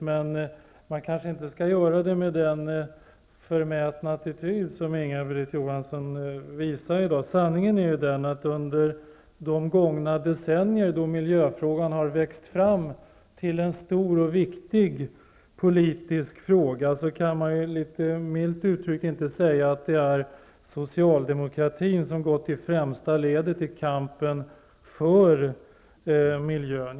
Men man skall kanske inte göra det med den förmätna attityd som Inga Sanningen är den att under de gångna decennierna då miljöfrågorna har växt fram till en stor och viktig politisk fråga kan man, milt uttryckt, inte säga att det är Socialdemokraterna som gått i främsta ledet i kampen för miljön.